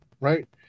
right